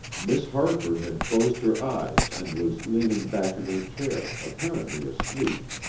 miss harford had closed her eyes and was leaning back in her chair, apparently asleep,